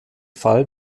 fall